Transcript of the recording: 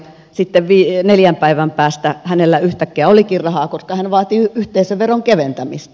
sitten neljän päivän päästä hänellä yhtäkkiä olikin rahaa koska hän vaati yhteisöveron keventämistä